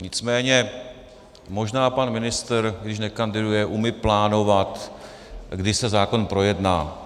Nicméně možná pan ministr, když nekandiduje, umí plánovat, kdy se zákon projedná.